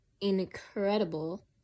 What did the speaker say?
incredible